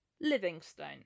Livingstone